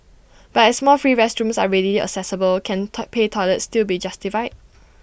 but as more free restrooms are readily accessible can top pay toilets still be justified